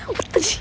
what the shi~